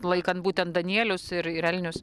laikant būtent danielius ir ir elnius